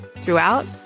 Throughout